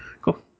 Cool